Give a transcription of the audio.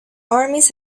armies